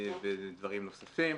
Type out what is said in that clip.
ודברים נוספים.